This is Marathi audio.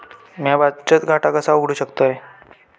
म्या बचत खाता कसा उघडू शकतय?